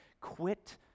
Quit